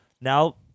Now